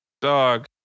Dog